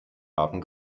haben